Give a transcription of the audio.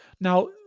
Now